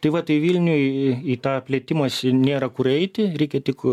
tai va tai vilniui į tą plėtimąsį nėra kur eiti reikia tik